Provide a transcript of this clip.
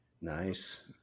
Nice